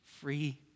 free